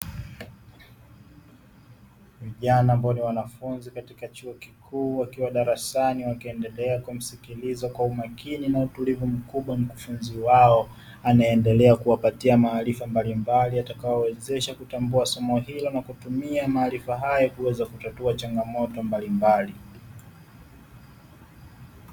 Vijana ambao ni wanafunzi katika chuo kikuu wakiwa darasani, wakiendelea kumsikiliza kwa umakini na utulivu mkubwa mkufunzi wao anayeendelea kuwapatia maarifa mbalimbali yatakayowawezesha kutambua somo hilo na kutumia maarifa hayo kuweza kutatua changamoto mbalimbali.